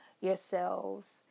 yourselves